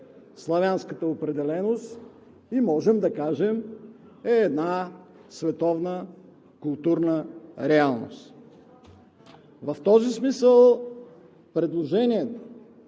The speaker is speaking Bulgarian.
славянската определеност и, можем да кажем, е една световна културна реалност. В този смисъл предложението